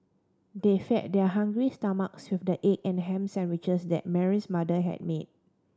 they fed their hungry stomachs with the egg and ham sandwiches that Mary's mother had made